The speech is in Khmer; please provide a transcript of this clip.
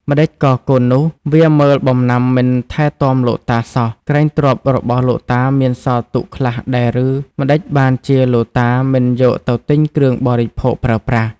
ម្តេចក៏កូននោះ វាមើលបំណាំមិនថែទាំលោកតាសោះ? ក្រែងទ្រព្យរបស់លោកតាមានសល់ទុក ខ្លះដែរឬ ម្តេចបានជាលោកតាមិនយកទៅទិញគ្រឿងបរិភោគប្រើប្រាស់ " ។